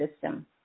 system